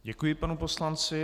Děkuji panu poslanci.